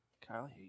Kyle